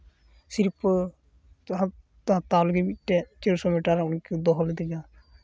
ᱥᱤᱨᱯᱟᱹ ᱦᱟᱛᱟᱣ ᱞᱟᱹᱜᱤᱫ ᱢᱤᱫᱴᱮᱡ ᱪᱟᱹᱨᱥᱚ ᱢᱤᱴᱟᱨ ᱚᱸᱰᱮ ᱠᱚ ᱫᱚᱦᱚ ᱞᱤᱫᱤᱧᱟ